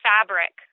fabric